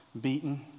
beaten